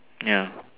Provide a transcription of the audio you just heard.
ya